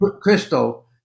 crystal